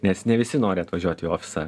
nes ne visi nori atvažiuot į ofisą